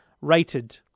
rated